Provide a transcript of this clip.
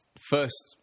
first